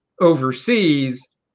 overseas